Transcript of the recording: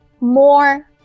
more